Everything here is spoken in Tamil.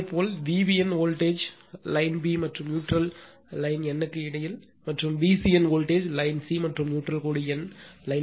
இதேபோல்Vbn வோல்ட்டேஜ்ம் லைன் b மற்றும் நியூட்ரல் கோடு n க்கு இடையில் மற்றும் Vcn வோல்ட்டேஜ் லைன் c மற்றும் நியூட்ரல் கோடு n லைன்க்கு இடையில்